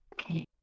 Okay